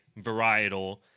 varietal